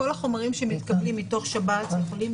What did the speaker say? כל החומרים שמתקבלים מתוך שב"ס יכולים